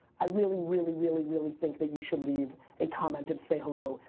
i really, really, really, really think that you should leave a comment and say hello.